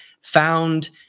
found